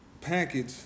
package